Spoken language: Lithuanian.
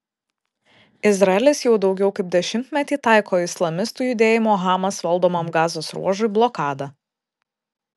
izraelis jau daugiau kaip dešimtmetį taiko islamistų judėjimo hamas valdomam gazos ruožui blokadą